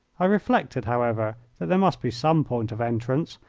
i reflected, however, that there must be some point of entrance,